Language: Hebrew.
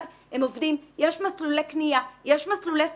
יש מסלולי קנייה, יש מסלולי שכירות.